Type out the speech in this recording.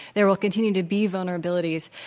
there will continue to be vulnerabilities.